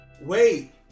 wait